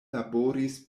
laboris